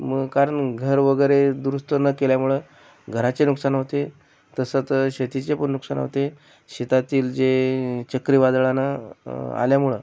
कारण घर वगैरे दुरुस्त न केल्यामुळं घराचे नुकसान होते तसंच शेतीचे पण नुकसान होते शेतातील जे चक्रीवादळानं आल्यामुळं